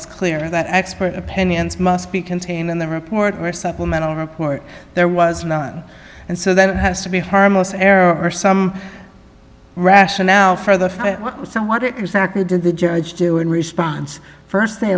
is clear that expert opinions must be contained in the report or supplemental report there was none and so there has to be harmless error some rationale for the some what it exactly did the judge do in response first they